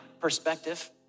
perspective